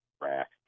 rack